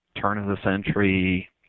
turn-of-the-century